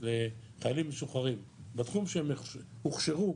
לחיילים משוחררים בתחום שהם הוכשרו,